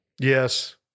Yes